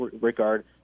regard